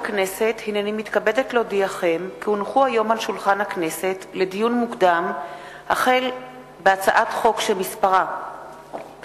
דברי הכנסת ל"א / מושב שני / ישיבות קמ"ג קמ"ה / ב'